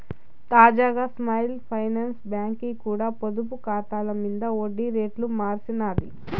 తాజాగా small finance బాంకీ కూడా పొదుపు కాతాల మింద ఒడ్డి రేట్లు మార్సినాది